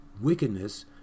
wickedness